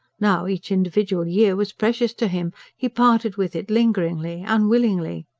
now, each individual year was precious to him he parted with it lingeringly, unwillingly.